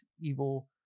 evil